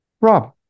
Rob